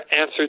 answer